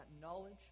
knowledge